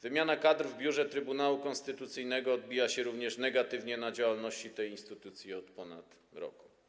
Wymiana kadr w biurze Trybunału Konstytucyjnego odbija się negatywnie również na działalności tej instytucji od ponad roku.